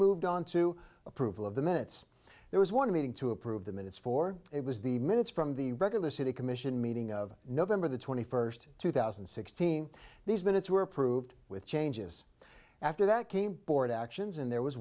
moved on to approval of the minutes there was one meeting to approve the minutes for it was the minutes from the regular city commission meeting of november the twenty first two thousand and sixteen these minutes were approved with changes after that came board actions and there was